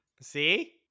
See